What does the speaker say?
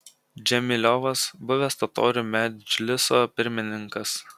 džemiliovas buvęs totorių medžliso pirmininkas